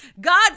God